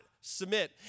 submit